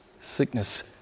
sickness